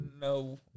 No